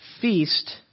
feast